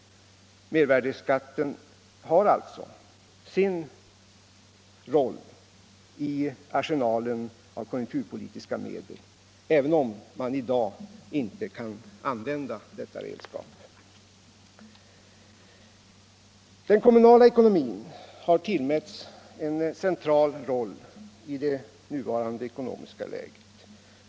Mervärdeskatten har alltså sin roll i arsenalen av konjunkturpolitiska medel, även om man i dag inte kan använda detta redskap. Den kommunala ekonomin har tillmätts en central roll i det nuvarande ekonomiska läget.